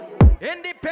Independent